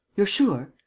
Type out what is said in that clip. you're sure.